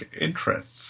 interests